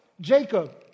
Jacob